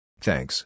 Thanks